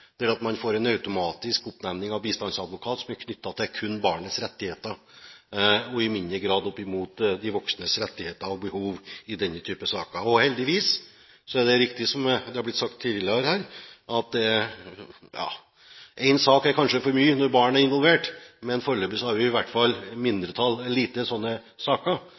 til forslaget, at man får en automatisk oppnevning av bistandsadvokat som er knyttet til barnets rettigheter og i mindre grad opp mot de voksnes rettigheter og behov i denne typen saker. Heldigvis er det riktig, som det har blitt sagt tidligere i dag, at én sak er kanskje én for mye når barn er involvert, men foreløpig har vi i hvert fall få sånne saker.